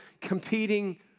competing